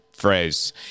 phrase